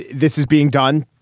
this is being done.